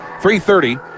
3.30